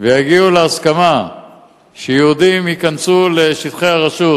ויגיעו להסכמה שיהודים ייכנסו לשטחי הרשות,